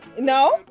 no